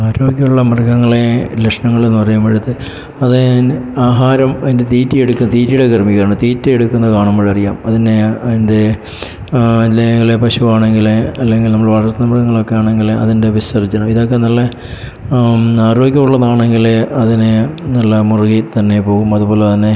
ആരോഗ്യം ഉള്ള മൃഗങ്ങളെ ലക്ഷണങ്ങൾ എന്ന് പറയുമ്പോഴത്തെ അതിന് ആഹാരം അതിൻ്റെ തീറ്റി എടുക്കാൻ തീറ്റിയുടെ ക്രമീകരണം തീറ്റി എടുക്കുന്നത് കാണുമ്പോഴറിയാം അതിന് അതിൻ്റെ അല്ലെങ്കിൽ പശു ആണെങ്കിൽ അല്ലെങ്കിൽ നമ്മുടെ വളർത്തുമൃഗങ്ങളൊക്കെ ആണെങ്കിൽ അതിൻ്റെ വിസർജനം ഇതൊക്കെ നല്ല ആരോഗ്യം ഉള്ളതാണെങ്കിൽ അതിനെ നല്ല മുറുകി തന്നെ പോവും അതുപോലെ തന്നെ